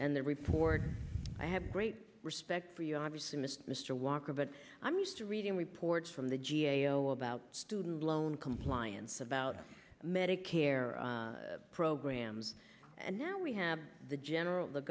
and the report i have great respect for you obviously missed mr walker but i'm used to reading reports from the g a o about student loan compliance about medicare programs and now we have the general the